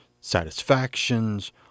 satisfactions